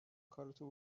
کارتو